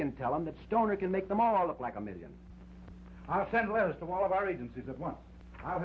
can tell him that stoner can make them all up like a million i'll send a list of all of our agencies at once i